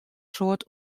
soad